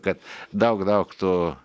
kad daug daug tų